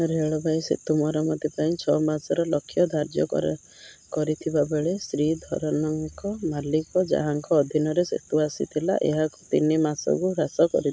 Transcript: ରେଳବାଇ ସେତୁ ମରାମତି ପାଇଁ ଛଅ ମାସର ଲକ୍ଷ୍ୟ ଧାର୍ଯ୍ୟ କରେ କରିଥିବାବେଳେ ଶ୍ରୀଧରନଙ୍କ ମାଲିକ ଯାହାଙ୍କ ଅଧୀନରେ ସେତୁ ଆସିଥିଲା ଏହାକୁ ତିନି ମାସକୁ ହ୍ରାସ କରିଥିଲା